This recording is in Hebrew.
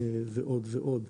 ועוד ועוד.